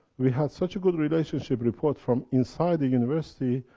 we had such a good relationship rapport from inside the university.